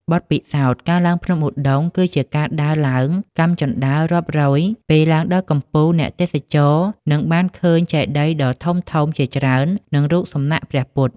បទពិសោធន៍ ការឡើងភ្នំឧដុង្គគឺជាការដើរឡើងកាំជណ្តើររាប់រយ ពេលឡើងដល់កំពូល អ្នកទេសចរនឹងបានឃើញចេតិយដ៏ធំៗជាច្រើន និងរូបសំណាកព្រះពុទ្ធ។